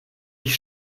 ich